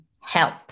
help